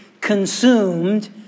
consumed